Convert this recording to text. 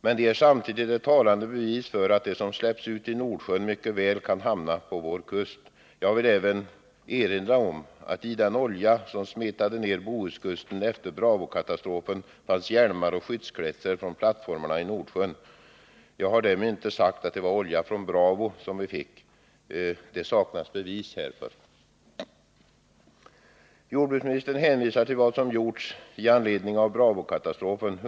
Men de är samtidigt ett talande bevis för att det som släpps ut i Nordsjön mycket väl kan hamna på vår kust. Jag vill erinra om att det i den olja som smetade ned Bohuskusten efter Bravokatastrofen fanns hjälmar och skyddskläder från plattformarna i Nordsjön. Jag har därmed inte sagt att det var olja från Bravo vi fick. Det saknas bevis härför. Jordbruksministern hänvisar till vad som gjorts i anledning av Bravokatastrofen.